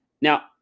Now